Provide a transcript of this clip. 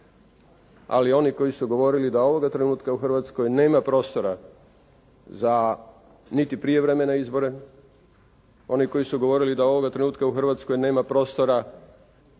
Ali oni koji su govorili da ovoga trenutka u Hrvatskoj nema prostora za niti prijevremene izbore, oni koji su govorili da ovoga trenutka u Hrvatskoj nema prostora